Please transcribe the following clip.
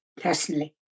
personally